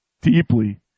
deeply